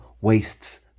wastes